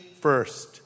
first